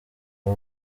aba